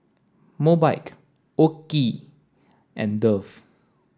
Mobike OKI and Dove